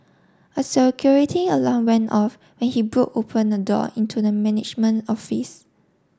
a security alarm went off when he broke open a door into the management office